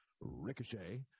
Ricochet